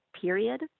Period